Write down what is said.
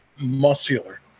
muscular